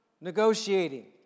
negotiating